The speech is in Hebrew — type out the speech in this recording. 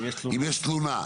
אם יש תלונה?